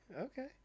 okay